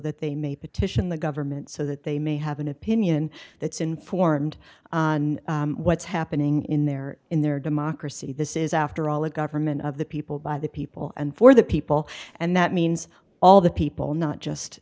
that they may petition the government so that they may have an opinion that's informed what's happening in their in their democracy this is after all a government of the people by the people and for the people and that means all the people not just